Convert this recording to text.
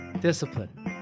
Discipline